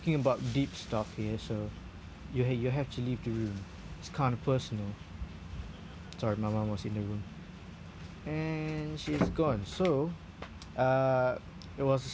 about deep stuff here so you ha~ you have to leave the room it's kinda personal sorry my mum was in the room and she is gone so uh it was